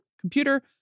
computer